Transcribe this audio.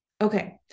Okay